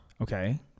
Okay